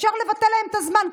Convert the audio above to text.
אפשר לבטל להם את הזמן.